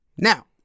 Now